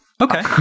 Okay